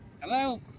Hello